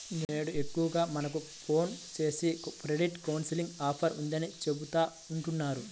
నేడు ఎక్కువగా మనకు ఫోన్ జేసి క్రెడిట్ కౌన్సిలింగ్ ఆఫర్ ఉందని చెబుతా ఉంటన్నారు